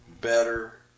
better